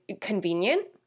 convenient